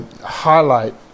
highlight